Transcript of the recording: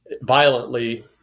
violently